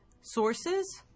sources